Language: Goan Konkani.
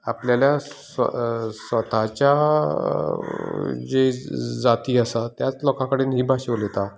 आपल्याल्या स्वताच्या जी जाती आसात त्याच लोकां कडेन ही भाशा उलयतात